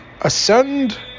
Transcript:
Ascend